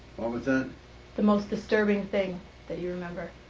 the the most disturbing thing that you remember